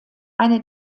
eine